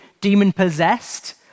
demon-possessed